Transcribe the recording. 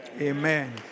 Amen